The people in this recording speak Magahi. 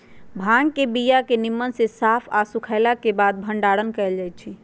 भांग के बीया के निम्मन से साफ आऽ सुखएला के बाद भंडारण कएल जाइ छइ